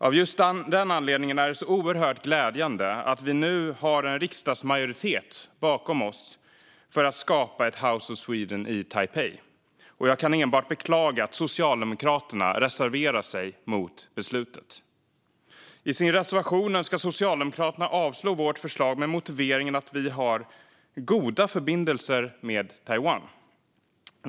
Av just den anledningen är det oerhört glädjande att vi nu har en riksdagsmajoritet bakom oss för att skapa ett House of Sweden i Taipei, och jag kan enbart beklaga att Socialdemokraterna reserverar sig mot beslutet. I sin reservation önskar Socialdemokraterna avslå vårt förslag med motiveringen att Sverige har goda förbindelser med Taiwan.